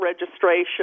registration